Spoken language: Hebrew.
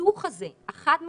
החיתוך הזה, החד משמעי,